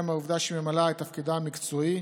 מהעובדה שהיא ממלאה את תפקידה המקצועי,